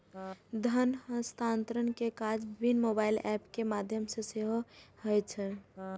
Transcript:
धन हस्तांतरण के काज विभिन्न मोबाइल एप के माध्यम सं सेहो होइ छै